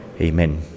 Amen